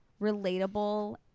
relatable